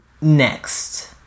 Next